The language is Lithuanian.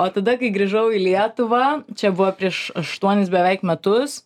o tada kai grįžau į lietuvą čia buvo prieš aštuonis beveik metus